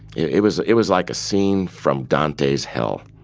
it it was, it was like a scene from dante's hell.